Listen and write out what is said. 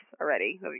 already